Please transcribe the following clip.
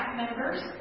members